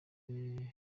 b’i